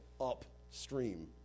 upstream